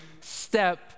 step